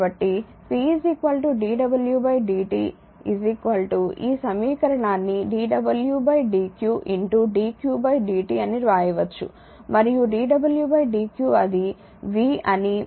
6 కాబట్టి p dw dt ఈ సమీకరణాన్ని dw dq dq dt అని వ్రాయవచ్చు మరియు dw dq అది V అని మరియు 1